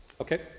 Okay